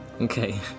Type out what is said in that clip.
Okay